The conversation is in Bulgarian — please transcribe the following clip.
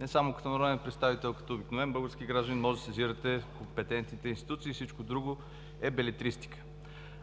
не само като народен представител, а и като обикновен български гражданин може да сезирате компетентните институции. Всичко друго е белетристика.